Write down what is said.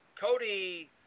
Cody